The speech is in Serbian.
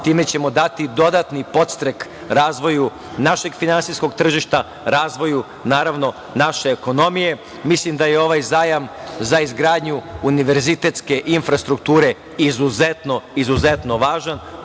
time ćemo dati dodatni podstrek razvoju našeg finansijskog tržišta razvoju, naravno, naše ekonomije. Mislim da je ovaj zajam za izgradnju Univerzitetske infrastrukture izuzetno, izuzetno važan.